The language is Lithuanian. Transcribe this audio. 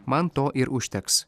man to ir užteks